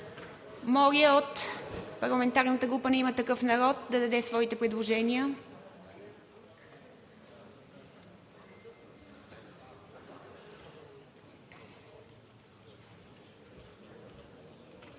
Моля, парламентарната група на „Има такъв народ“ да даде своите предложения.